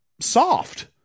soft